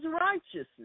righteousness